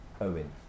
Owen